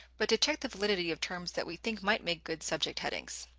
but to check the validity of terms that we think might make good subject headings.